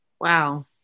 Wow